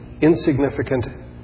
insignificant